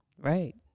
right